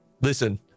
listen